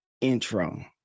intro